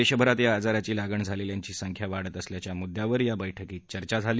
दक्षमिरात या आजाराची लागण झालस्थांची संख्या वाढत असल्याच्या मुद्यावर या बैठकीत चर्चा झाली